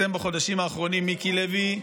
אתם, בחודשים האחרונים, מיקי לוי,